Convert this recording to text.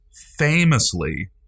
famously